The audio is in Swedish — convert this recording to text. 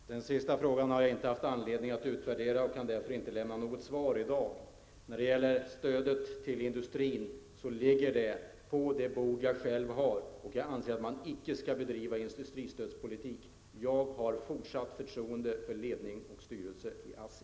Herr talman! Svaret på den senaste frågan är att jag inte har haft anledning att utvärdera det; jag kan därför i dag inte lämna något svar på den. Frågan om stödet till industrin ligger däremot på mitt eget bord, och jag anser att man icke skall bedriva industristödspolitik. Jag har fortsatt förtroende för ledning och styrelse i ASSI.